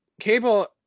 Cable